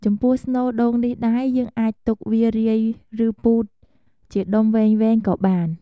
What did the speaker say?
ចំពោះស្នូលដូងនេះដែរ យើងអាចទុកវារាយ ឬពូតជាដុំវែងៗក៏បាន។